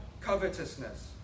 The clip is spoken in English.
covetousness